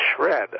shred